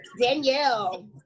Danielle